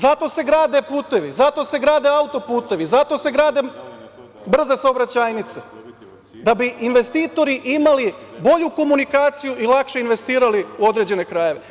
Zato se grade putevi, zato se grade auto-putevi, zato se grade brze saobraćajnice da bi investitori imali bolju komunikaciju i lakše investirali u određene krajeve.